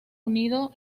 unido